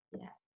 Yes